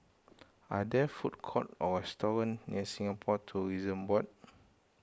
are there food court or restaurant near Singapore Tourism Board